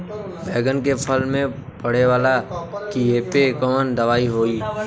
बैगन के फल में पड़े वाला कियेपे कवन दवाई होई?